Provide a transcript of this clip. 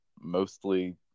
mostly